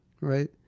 Right